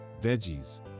veggies